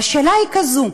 והשאלה היא כזו: